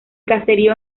caserío